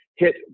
hit